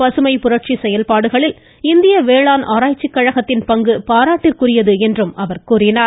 பசுமைப் புரட்சி செயல்பாடுகளில் இந்திய வேளாண் ஆராய்ச்சிக் கழகத்தின் பங்கு பாராட்டுக்குரியது என்றார்